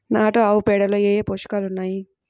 నాటు ఆవుపేడలో ఏ ఏ పోషకాలు ఉన్నాయి?